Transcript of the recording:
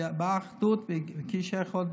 באחדות וכאיש אחד,